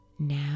Now